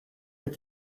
with